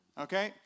Okay